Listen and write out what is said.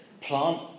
plant